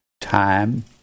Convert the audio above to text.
time